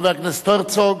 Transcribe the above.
חבר הכנסת הרצוג,